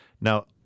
Now